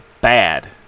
Bad